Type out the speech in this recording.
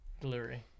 delivery